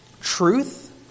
truth